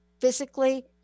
physically